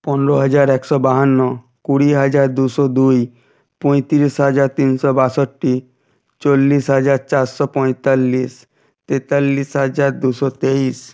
পনেরো হাজার একশো বাহান্ন কুড়ি হাজার দুশো দুই পঁয়ত্রিশ হাজার তিনশো বাষট্টি চল্লিশ হাজার চারশো পঁয়তাল্লিশ তেতাল্লিশ হাজার দুশো তেইশ